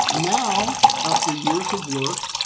now, after years of work,